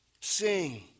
Sing